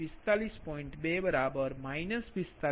2 45